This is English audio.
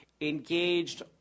engaged